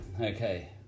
Okay